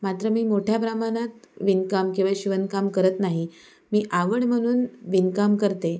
मात्र मी मोठ्या प्रमाणात विणकाम किंवा शिवणकाम करत नाही मी आवड म्हणून विणकाम करते